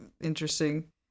interesting